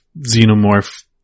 xenomorph